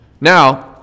Now